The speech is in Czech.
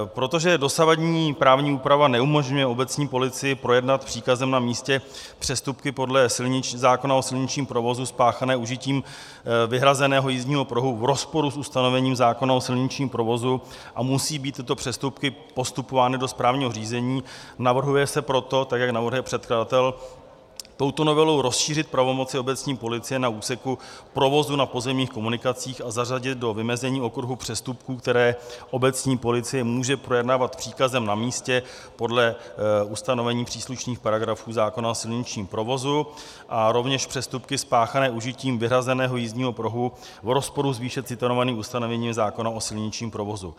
Protože dosavadní právní úprava neumožňuje obecní policii projednat příkazem na místě přestupky podle zákona o silničním provozu spáchané užitím vyhrazeného jízdního pruhu v rozporu s ustanovením zákona o silničním provozu a musí být tyto přestupky postupovány do správního řízení, navrhuje se proto, tak jak navrhuje předkladatel, touto novelou rozšířit pravomoci obecní policie na úseku provozu na pozemních komunikacích a zařadit do vymezení okruhu přestupků, které obecní policie může projednávat příkazem na místě podle ustanovení příslušných paragrafů zákona o silničním provozu, rovněž přestupky spáchané užitím vyhrazeného jízdního pruhu v rozporu s výše citovanými ustanoveními zákona o silničním provozu.